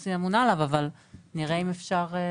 האוכלוסין אמונה עליו אבל נראה אם אפשר.